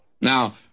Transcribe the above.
Now